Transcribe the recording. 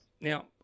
Now